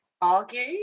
argue